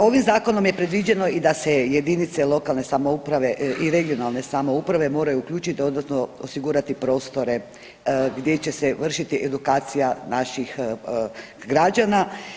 Ovim zakonom je predviđeno i da se jedinice lokalne samouprave i regionalne samouprave moraju uključiti dodatno osigurati prostore gdje će se vršiti edukacija naših građana.